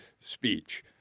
speech